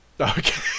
Okay